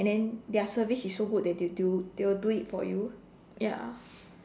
and then their service is so good that they'll do they will do it for you ya